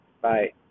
bye